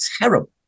terrible